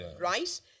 right